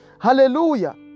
Hallelujah